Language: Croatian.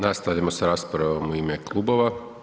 Nastavljamo s raspravom u ime klubova.